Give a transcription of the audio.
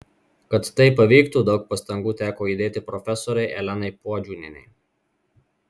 kad tai pavyktų daug pastangų teko įdėti profesorei elenai puodžiūnienei